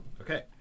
Okay